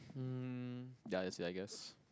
um ya that's I guess